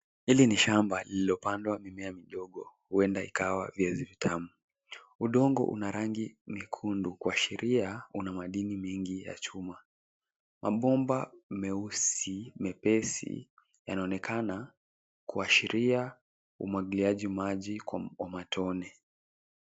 Hili ni shamba liliopandwa mimea midogo huenda ikawa viazi vitamu. Udongo unarangi nyekundu kuashiria una madini mengi ya chuma. Mabomba meusi mepesi yanaonekana kuashiria umwagiliaji maji wa matone.